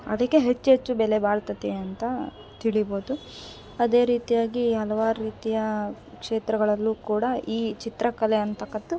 ಅದಕ್ಕೆ ಹೆಚ್ಚೆಚ್ಚು ಬೆಲೆ ಬಾಳ್ತೆತೆ ಅಂತ ತಿಳಿಬೋದು ಅದೇ ರೀತಿಯಾಗಿ ಹಲ್ವಾರು ರೀತಿಯ ಕ್ಷೇತ್ರಗಳಲ್ಲೂ ಕೂಡ ಈ ಚಿತ್ರಕಲೆ ಅಂಥಕ್ಕಂಥದ್ದು